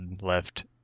left